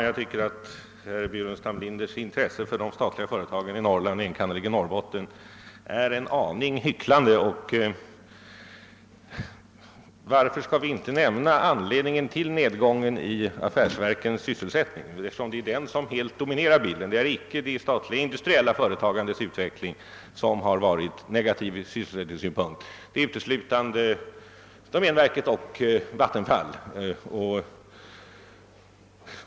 Jag tycker att herr Burenstam Linders intresse för de statliga företagen i Norrland, enkannerligen Norrbotten, är en aning hycklande. Varför skall vi inte nämna anledningen till nedgången i affärsverkens sysselsättning, eftersom det är den som helt dominerar bilden. Det är icke de statliga industriella företagens utveckling som varit negativ från sysselsättningssynpunkt; det gäller uteslutande domänverket och Vattenfall.